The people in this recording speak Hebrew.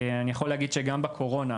גם בקורונה,